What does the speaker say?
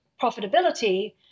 profitability